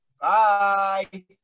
Bye